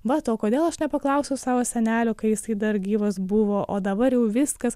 vat o kodėl aš nepaklausiau savo senelio kai jisai dar gyvas buvo o dabar jau viskas